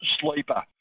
sleeper